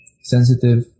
Sensitive